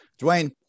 Dwayne